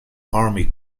army